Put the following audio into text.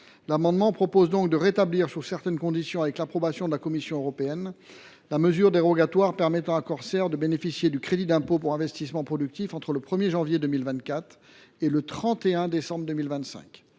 amendement vise donc à rétablir, sous certaines conditions, et avec l’approbation de la Commission européenne, la mesure dérogatoire permettant à Corsair de bénéficier du crédit d’impôt précité entre le 1 janvier 2024 et le 31 décembre 2025.